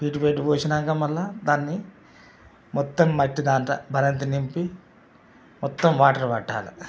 fitment పోసినాక మళ్ళా దాన్ని మొత్తం మట్టి దాంతా బరాంత నింపి మొత్తం వాటర్ పట్టాలి